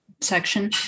section